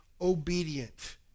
obedient